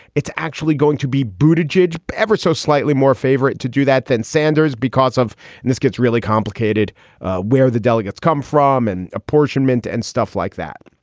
it's actually going to be bhuta jej ever. so slightly more favorite to do that than sanders because of and this gets really complicated where the delegates come from an apportionment and stuff like that.